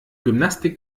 gymnastik